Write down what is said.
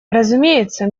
разумеется